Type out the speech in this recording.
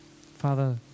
Father